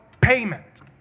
payment